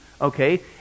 okay